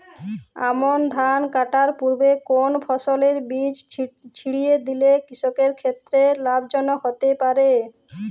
আমন ধান কাটার পূর্বে কোন ফসলের বীজ ছিটিয়ে দিলে কৃষকের ক্ষেত্রে লাভজনক হতে পারে?